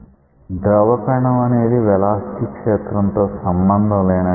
ద్రవ కణం అనేది వెలాసిటీ క్షేత్రంతో సంబంధం లేనట్లు ఉంటుంది